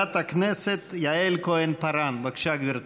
חברת הכנסת איילת נחמיאס ורבין.